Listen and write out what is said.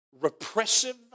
repressive